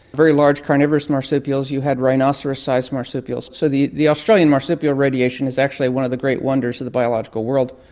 very large carnivorous marsupials, you had rhinoceros-sized marsupials. so the the australian marsupial radiation is actually one of the great wonders of the biological world.